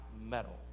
metal